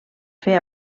fer